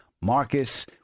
Marcus